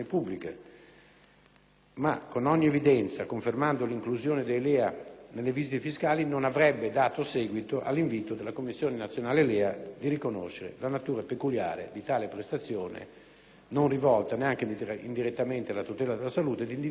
ma, con ogni evidenza, confermando l'inclusione nei LEA delle visite fiscali, non avrebbe dato seguito all'invito della commissione nazionale LEA di riconoscere la natura peculiare di tale prestazione non rivolta, neanche indirettamente, alla tutela della salute e di individuare modalità